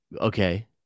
Okay